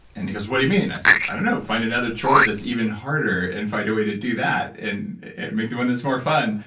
and what do you mean? i said, i don't know. find another chore that's even harder and find a way to do that and maybe one that's more fun.